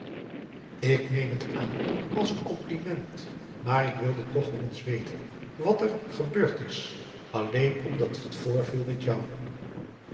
ik neem het aan als een compliment maar ik wilde toch wel eens weten wat er gebeurd is alleen omdat het voorviel met jou